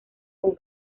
con